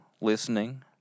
listening